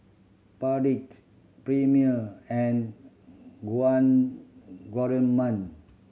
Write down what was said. Perdix Premier and Guardsman